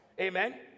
amen